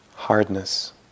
Hardness